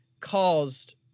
caused